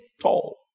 tall